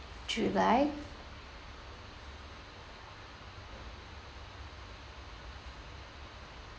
july